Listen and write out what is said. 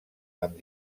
amb